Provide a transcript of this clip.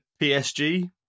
PSG